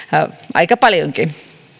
aika paljonkin